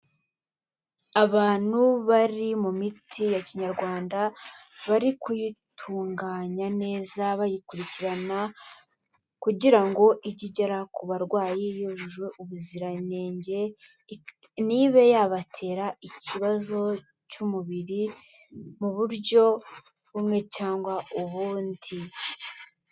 Abantu bari mu miti ya Kinyarwanda bari kuyitunganya neza bayikurikirana kugira ngo ijye igera ku barwayi yujuje ubuziranenge, ntibe yabatera ikibazo cy'umubiri mu buryo bumwe cyangwa ubundi.